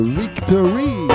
victory